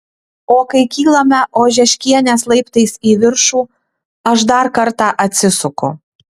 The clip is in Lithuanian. o kai kylame ožeškienės laiptais į viršų aš dar kartą atsisuku